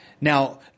Now